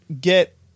get